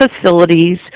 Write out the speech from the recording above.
facilities